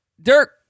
Dirk